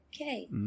okay